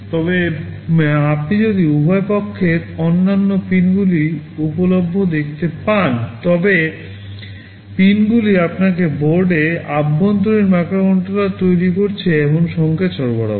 তবে আপনি যদি উভয় পক্ষের অন্যান্য পিনগুলি উপলভ্য দেখতে পান তবে পিনগুলি আপনাকে বোর্ডে অভ্যন্তরীণ মাইক্রোকন্ট্রোলার তৈরি করছে এমন সংকেত সরবরাহ করে